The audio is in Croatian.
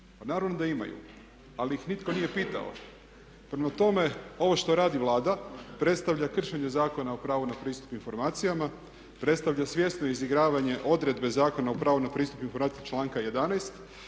naravno da imaju. Ali ih nitko nije pitao. Prema tome, ovo što radi Vlada predstavlja kršenje Zakona o pravu na pristup informacijama, predstavlja svjesno izigravanje odredbe Zakona o pravu na pristup informacijama članka 11.